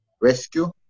rescue